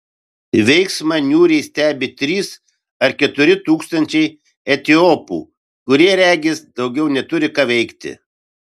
veiksmą niūriai stebi trys ar keturi tūkstančiai etiopų kurie regis daugiau neturi ką veikti